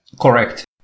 Correct